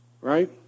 Right